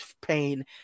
pain